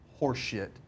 horseshit